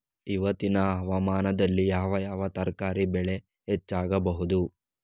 ಇವತ್ತಿನ ಹವಾಮಾನದಲ್ಲಿ ಯಾವ ಯಾವ ತರಕಾರಿ ಬೆಳೆ ಹೆಚ್ಚಾಗಬಹುದು?